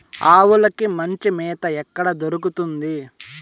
ఆవులకి మంచి మేత ఎక్కడ దొరుకుతుంది?